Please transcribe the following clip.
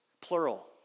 plural